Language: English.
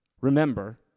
Remember